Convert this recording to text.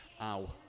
Ow